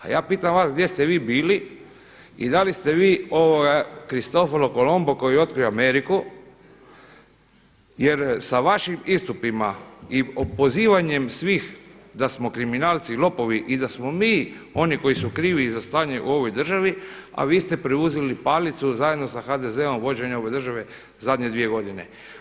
A ja pitam vas gdje ste vi bili i da li ste vi Kristofor Kolumbo koji je otkrio Ameriku, jer sa vašim istupima i pozivanjem svih da smo kriminalci i lopovi i da smo mi oni koji su krivi za stanje u ovoj državi, a vi ste preuzeli palicu zajedno sa HDZ-om, vođenje ove države zadnje dvije godine.